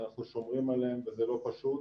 שאנחנו שומרים עליהם וזה לא פשוט,